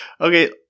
Okay